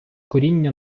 коріння